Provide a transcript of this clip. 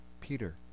peter